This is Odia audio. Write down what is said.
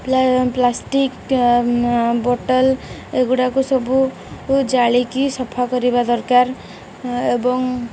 ପ୍ଲାଷ୍ଟିକ୍ ବୋତଲ ଏଗୁଡ଼ାକ ସବୁ ଜାଳିକି ସଫା କରିବା ଦରକାର ଏବଂ